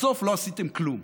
בסוף לא עשיתם כלום.